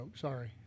Sorry